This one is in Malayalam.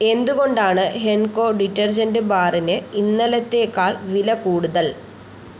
എന്തുകൊണ്ടാണ് ഹെൻകോ ഡിറ്റർജൻറ് ബാറിന് ഇന്നലത്തേക്കാൾ വില കൂടുതൽ